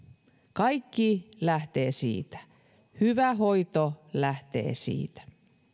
kaikki lähtee siitä hyvä hoito lähtee siitä